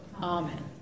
Amen